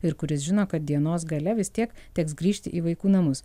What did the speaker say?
ir kuris žino kad dienos gale vis tiek teks grįžti į vaikų namus